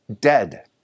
dead